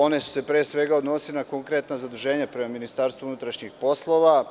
One su se, pre svega, odnosile na konkretna zaduženja prema MUP,